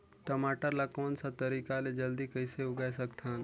टमाटर ला कोन सा तरीका ले जल्दी कइसे उगाय सकथन?